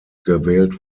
gewählt